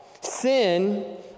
Sin